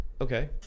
Okay